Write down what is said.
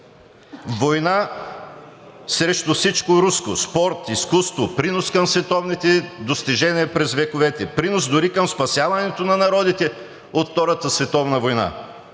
война срещу всичко руско: спорт, изкуство, принос към световните достижения през вековете, принос дори към спасяването на народите от Втората световна война,